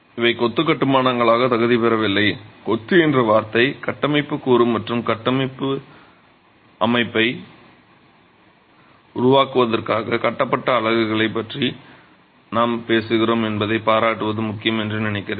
இவை கொத்து கட்டுமானங்களாக தகுதி பெறவில்லை கொத்து என்ற வார்த்தை கட்டமைப்பு கூறு மற்றும் கட்டமைப்பு அமைப்பை உருவாக்குவதற்காக கட்டப்பட்ட அலகுகளைப் பற்றி நாம் பேசுகிறோம் என்பதைப் பாராட்டுவது முக்கியம் என்று நினைக்கிறேன்